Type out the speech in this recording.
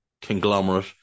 conglomerate